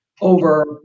over